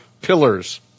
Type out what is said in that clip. pillars